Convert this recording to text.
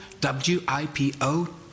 WIPO